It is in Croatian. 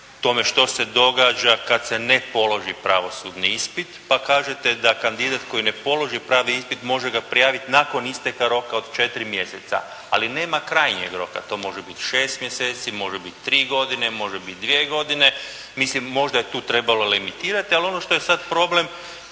tome što se događa kad se ne položi pravosudni ispit, pa kažete da kandidat koji ne položi pravi ispit, može ga prijaviti nakon isteka roka od četiri mjeseca. Ali nema krajnjeg roka. To može biti šest mjeseci, može biti tri godine, može biti dvije godine. Mislim, možda je tu trebalo legitimirati. Ali ono što je sad problem